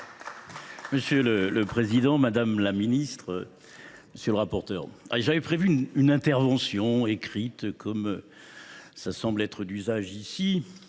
Monsieur le président, madame la ministre, monsieur le rapporteur, j’avais prévu une intervention écrite, comme cela semble être l’usage ici,